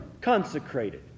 consecrated